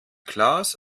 klaas